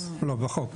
לא, בחוק.